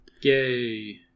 Yay